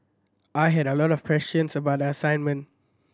I had a lot of questions about the assignment